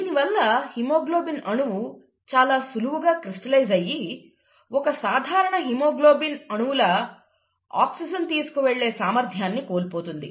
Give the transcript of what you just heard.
దీనివల్ల హిమోగ్లోబిన్ అణువు చాలా సులువుగా క్రిస్టలైజ్ అయ్యి ఒక సాధారణ హిమోగ్లోబిన్ అణువులా ఆక్సిజన్ను తీసుకువెళ్లే సామర్థ్యాన్ని కోల్పోతుంది